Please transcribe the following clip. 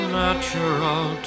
natural